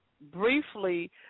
briefly